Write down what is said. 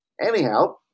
Anyhow